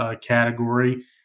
category